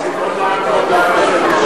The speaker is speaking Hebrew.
שום דבר מכל מה שהוא